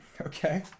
Okay